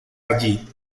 allí